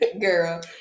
girl